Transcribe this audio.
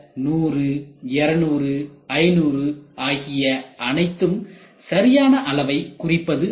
இந்த 100 200 500 ஆகியவை அனைத்தும் சரியான அளவை குறிப்பது அல்ல